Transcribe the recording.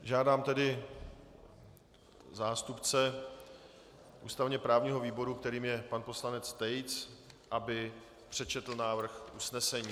Žádám tedy zástupce ústavněprávního výboru, kterým je pan poslanec Tejc, aby přečetl návrh usnesení.